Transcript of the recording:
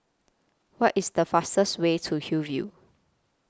What IS The fastest Way to Hillview